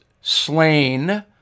slain